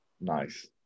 nice